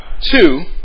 two